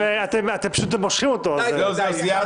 זה לא עושה טוב.